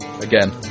Again